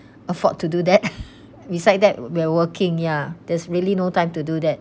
afford to do that beside that we're working ya there's really no time to do that